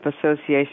association